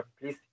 please